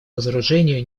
разоружению